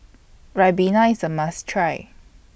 Ribena IS A must Try